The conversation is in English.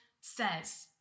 says